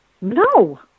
No